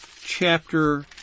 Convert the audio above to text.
chapter